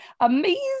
amazing